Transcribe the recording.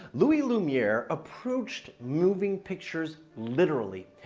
louis lumiere approached moving pictures literally.